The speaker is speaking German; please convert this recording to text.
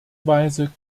weise